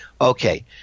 Okay